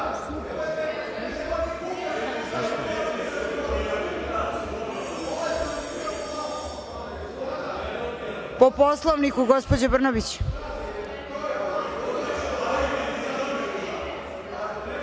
Poslovniku, gospođa Brnabić.